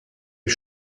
ich